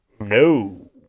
no